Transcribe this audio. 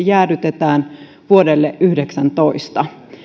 jäädytetään vuodelle yhdeksäntoista